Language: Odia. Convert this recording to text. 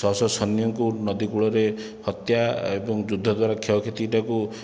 ଛଅଶହ ସନ୍ୟଙ୍କୁ ନଦୀ କୂଳରେ ହତ୍ୟା ଏବଂ ଯୁଦ୍ଧ ଦ୍ୱାରା କ୍ଷୟକ୍ଷତି ଟାକୁ